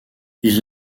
ils